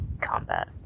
combat